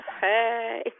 Hey